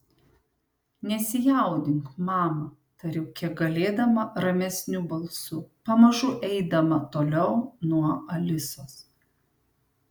nesijaudink mama tariau kiek galėdama ramesniu balsu pamažu eidama toliau nuo alisos